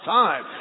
time